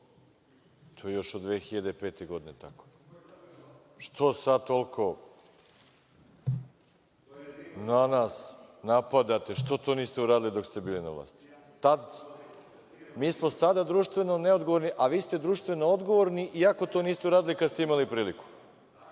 To je još od 2005. godine je tako. Što sada toliko nas napadate? Što to niste uradili dok ste bili na vlasti tada? Mi smo sada društveno neodgovorni, a vi ste društveno odgovorni i ako to niste uradili kada ste imali priliku. Jako